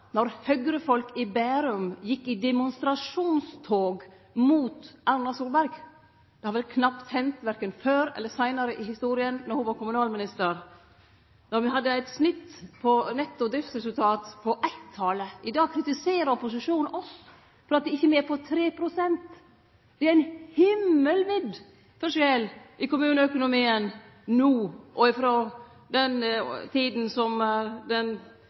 i Bærum gjekk i demonstrasjonstog mot Erna Solberg – det har vel knapt hendt verken før eller seinare i historia – då ho var kommunalminister, då me hadde eit snitt på netto driftsresultat på 1-talet. I dag kritiserer opposisjonen oss for at det ikkje er på 3 pst. Det er ein himmelvid forskjell på kommuneøkonomien no og på den tida då den